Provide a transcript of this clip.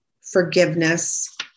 forgiveness